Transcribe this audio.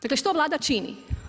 Dakle, što Vlada čini?